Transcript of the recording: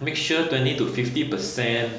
make sure twenty to fifty percent